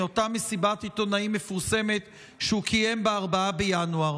מאותה מסיבת עיתונאים מפורסמת שהוא קיים ב-4 בינואר.